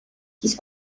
his